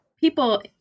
people